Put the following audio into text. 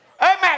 Amen